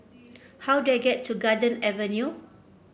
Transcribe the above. how do I get to Garden Avenue